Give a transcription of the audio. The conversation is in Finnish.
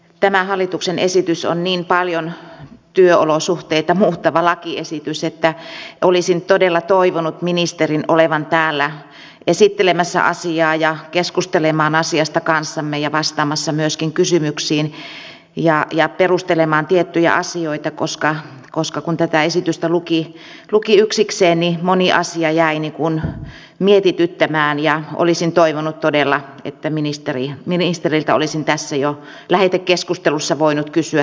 tämä hallituksen esitys on niin paljon työolosuhteita muuttava lakiesitys että olisin todella toivonut ministerin olevan täällä esittelemässä asiaa keskustelemassa asiasta kanssamme ja vastaamassa myöskin kysymyksiin ja perustelemassa tiettyjä asioita koska kun tätä esitystä luki yksikseen niin moni asia jäi mietityttämään ja olisin toivonut todella että ministeriltä olisin jo tässä lähetekeskustelussa voinut kysyä tiettyjä asioita